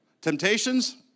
Temptations